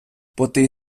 потий